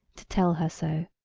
to tell her so.